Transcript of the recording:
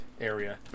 area